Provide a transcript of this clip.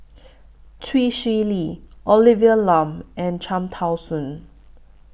Chee Swee Lee Olivia Lum and Cham Tao Soon